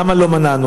למה לא מנענו.